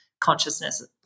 consciousness